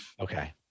okay